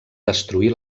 destruir